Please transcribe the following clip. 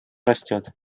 растет